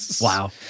wow